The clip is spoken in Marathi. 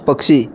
पक्षी